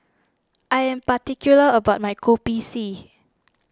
I am particular about my Kopi C